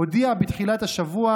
הודיע בתחילת השבוע,